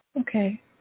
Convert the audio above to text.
Okay